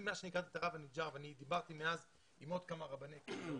מאז שהכרתי את הרב אניג'ר ואני דיברתי מאז עם עוד כמה רבני קהילות,